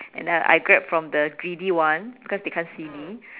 and then I grab from the greedy one because they can't see me